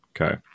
Okay